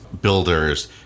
builders